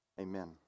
amen